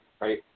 right